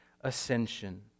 ascension